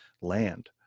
land